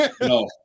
No